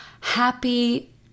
happy